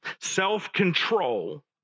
Self-control